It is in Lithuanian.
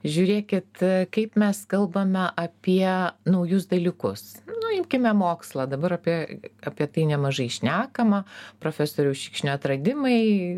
žiūrėkit kaip mes kalbame apie naujus dalykus nu imkime mokslą dabar apie apie tai nemažai šnekama profesoriaus šikšnio atradimai